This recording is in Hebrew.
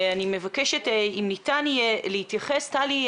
ואני מבקשת, אם ניתן יהיה, להתייחס, טלי,